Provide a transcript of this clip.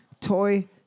Toy